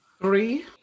three